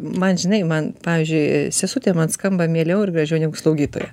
man žinai man pavyzdžiui sesutė man skamba mieliau ir gražiau negu slaugytoja